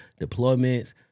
deployments